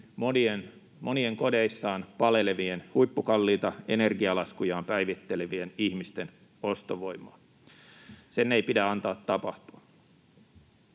jo nyt kodeissaan palelevien, huippukalliita energialaskujaan päivittelevien ihmisten ostovoimaa. Sen ei pidä antaa tapahtua.